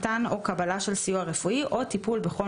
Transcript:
מתן או קבלה של סיוע רפואי או טיפול בכל